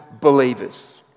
believers